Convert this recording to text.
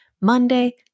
Monday